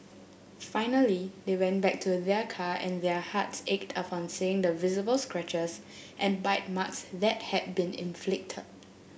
finally they went back to their car and their hearts ached upon seeing the visible scratches and bite marks that had been inflicted